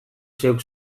zeuk